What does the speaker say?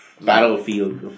battlefield